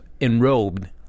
enrobed